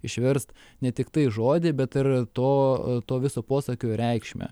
išverst ne tiktai žodį bet ir to to viso posakio reikšmę